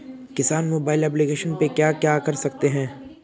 किसान mobile application पे क्या क्या कर सकते हैं?